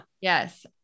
Yes